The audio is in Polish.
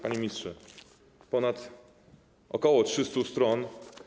Panie ministrze, to ok. 300 stron.